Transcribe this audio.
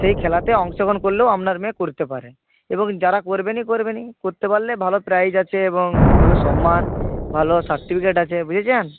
সেই খেলাতে অংশগ্রহণ করলেও আপনার মেয়ে করতে পারে এবং যারা করবে না করবে না করতে পারলে ভালো প্রাইজ আছে এবং ভালো সম্মান ভালো সার্টিফিকেট আছে বুঝেছেন